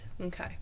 Okay